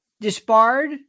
disbarred